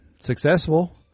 successful